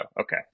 okay